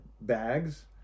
bags